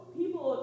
people